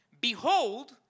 Behold